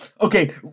Okay